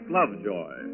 Lovejoy